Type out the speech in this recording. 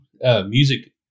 music